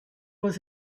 was